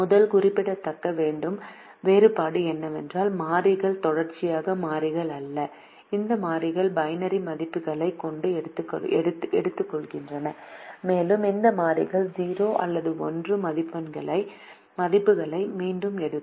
முதல் குறிப்பிடத்தக்க வேறுபாடு என்னவென்றால் மாறிகள் தொடர்ச்சியான மாறிகள் அல்ல இந்த மாறிகள் பைனரி மதிப்புகளை மட்டுமே எடுத்துக்கொள்கின்றன மேலும் இந்த மாறிகள் 0 அல்லது 1 மதிப்புகளை மட்டுமே எடுக்கும்